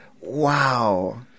wow